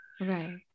Right